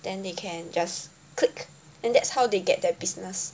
then they can just click and that's how they get their business